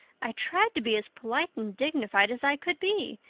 i tried to be as polite and dignified as i could be,